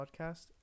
podcast